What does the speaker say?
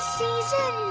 season